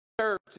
church